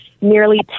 nearly